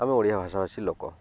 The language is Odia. ଆମ ଓଡ଼ିଆ ଭାଷା ଭାଷୀ ଲୋକ